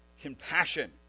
compassion